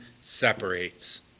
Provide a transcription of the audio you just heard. separates